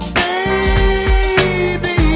baby